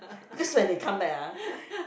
because when they come back ah